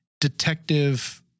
detective